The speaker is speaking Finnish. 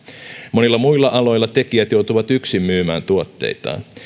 monilla muilla aloilla tekijät joutuvat yksin myymään tuotteitaan